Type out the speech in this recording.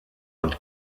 und